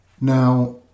Now